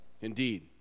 Indeed